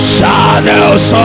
Shadows